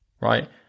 right